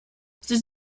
sind